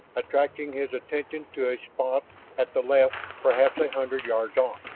attracting his attention to a spot at the left perhaps a hundred yards on.